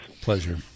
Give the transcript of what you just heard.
Pleasure